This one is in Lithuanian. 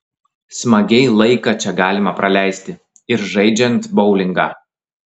smagiai laiką čia galima praleisti ir žaidžiant boulingą